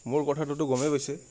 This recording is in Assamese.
মোৰ কথাটোতো গমেই পাইছে